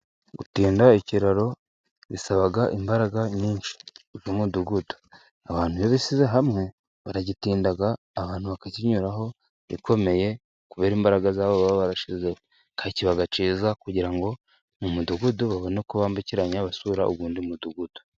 Gutinda ikiraro bisaba imbaraga nyinshi z'umudugudu abantu iyo bishyize hamwe baragitinda abantu bakakinyuraho gikomeye kubera imbaraga zabo baba barashizeho, Kandi kiba cyiza kugira ngo mu mudugudu babone ko bambukiranya basura ubundi mudugudu.